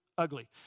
ugly